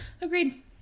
Agreed